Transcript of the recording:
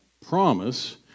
promise